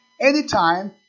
Anytime